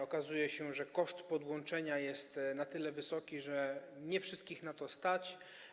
Okazuje się, że koszt podłączenia jest na tyle wysoki, że nie wszystkich na to stać.